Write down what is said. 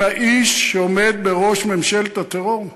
עם האיש שעומד בראש ממשלת הטרור?